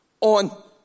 On